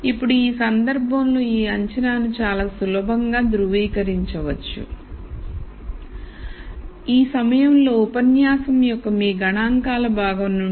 ఇప్పుడు ఈ సందర్భంలో ఈ అంచనాను చాలా సులభంగా ధృవీకరించవచ్చు ఈ సమయంలో ఉపన్యాసం యొక్క మీ గణాంకాల భాగం నుండి